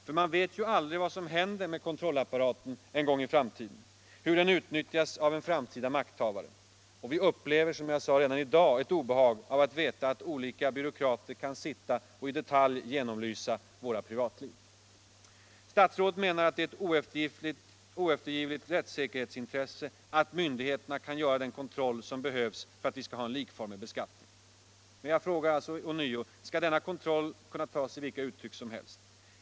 För man vet ju aldrig vad som händer med kontrollapparaten en gång i framtiden, hur den kommer att utnyttjas av en framtida makthavare. Och vi upplever, som jag sade, redan i dag ett obehag av att veta att olika byråkrater kan sitta och i detalj genomlysa våra privatliv. Statsrådet menar att det är ett oeftergivligt rättssäkerhetsintresse att myndigheterna kan göra den kontroll som behövs för att vi skall ha en likformig beskattning. Men jag frågar ånyo: Skall denna kontroll kunna ta sig vilka uttryck som helst?